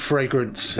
fragrance